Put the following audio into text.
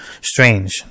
strange